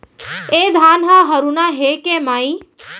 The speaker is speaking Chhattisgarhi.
ए धान ह हरूना हे के माई?